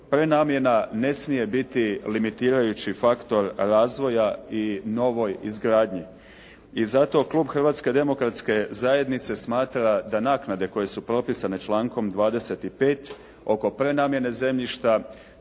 prenamjena ne smije biti limitirajući faktor razvoja i novoj izgradnji. I zato klub Hrvatske demokratske zajednice smatra da naknade koje su propisane člankom 25. oko prenamjene zemljišta